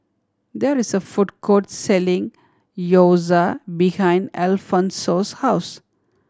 there is a food court selling Gyoza behind Alfonso's house